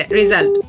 result